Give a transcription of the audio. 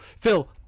Phil